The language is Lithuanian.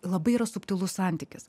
labai yra subtilus santykis